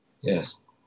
Yes